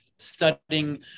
studying